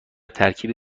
ترکیبی